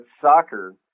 soccer